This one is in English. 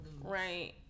Right